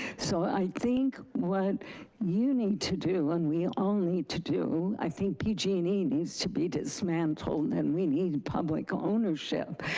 so i think what you need to do and we all need to do, i think pg and e needs to be dismantled, and we need public ownership.